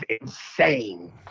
insane